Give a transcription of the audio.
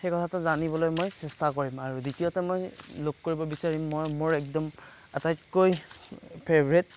সেই কথাটো জানিবলৈ মই চেষ্টা কৰিম আৰু দ্ৱিতীয়তে মই লগ কৰিব বিচাৰিম মই মোৰ একদম আটাইতকৈ ফেভ'ৰেট